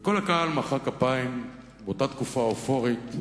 וכל הקהל מחא כפיים, באותה תקופה אופורית,